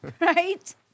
right